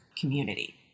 community